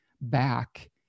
back